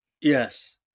Yes